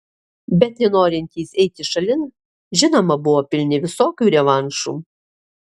bet nenorintys eiti šalin žinoma buvo pilni visokių revanšų